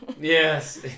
yes